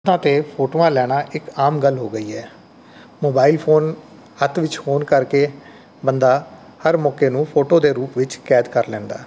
ਥਾਂ 'ਤੇ ਫੋਟੋਆਂ ਲੈਣਾ ਇੱਕ ਆਮ ਗੱਲ ਹੋ ਗਈ ਹੈ ਮੋਬਾਇਲ ਫੋਨ ਹੱਥ ਵਿਚ ਹੋਣ ਕਰਕੇ ਬੰਦਾ ਹਰ ਮੌਕੇ ਨੂੰ ਫੋਟੋ ਦੇ ਰੂਪ ਵਿੱਚ ਕੈਦ ਕਰ ਲੈਂਦਾ